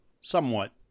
somewhat